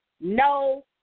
No